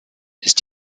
ist